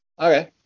Okay